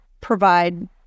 provide